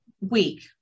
week